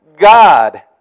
God